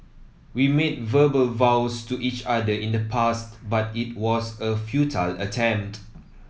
we made verbal vows to each other in the past but it was a futile attempt